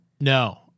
No